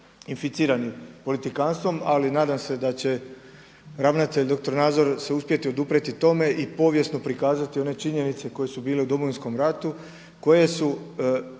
inficirani politikanstvom ali nadam se da će ravnatelj dr. Nazor se uspjeti oduprijeti tome i povijesno prikazati one činjenice koje su bile u Domovinskom ratu koje su